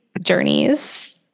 journeys